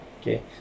okay